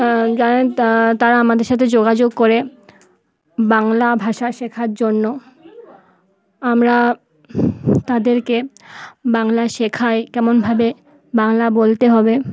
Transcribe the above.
জানেন তারা আমাদের সাথে যোগাযোগ করে বাংলা ভাষা শেখার জন্য আমরা তাদেরকে বাংলা শেখাই কেমনভাবে বাংলা বলতে হবে